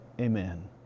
Amen